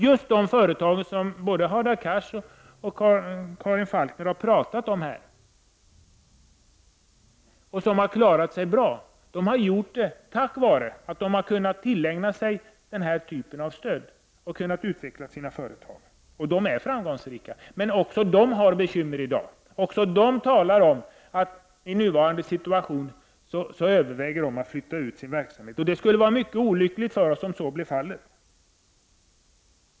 Just de företag som både Hadar Cars och Karin Falkmer har pratat om, som har klarat sig bra, har gjort det tack vare att de har kunnat tillägna sig den här typen av stöd och kunnat utveckla sina företag. De är framgångsrika. Men också de har bekymmer i dag. Också de överväger att i nuvarande situation flytta ut sin verksamhet. Det skulle vara mycket olyckligt för oss om så blev fallet.